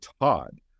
Todd